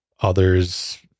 Others